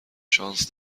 شانس